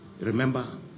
remember